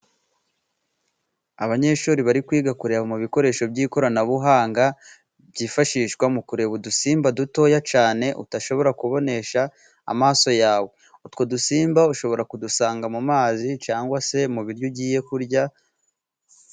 Abanyeshuri bari kwiga kureba mu bikoresho by'ikoranabuhanga, byifashishwa mu kureba udusimba dutoya cyane, udashobora kubonesha amaso yawe. Utwo dusimba ushobora kudusanga mu mazi, cyangwa se mu biryo ugiye kurya,